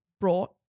brought